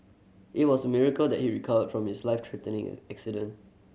it was a miracle that he recovered from his life threatening accident